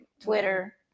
Twitter